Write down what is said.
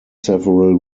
several